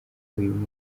uyu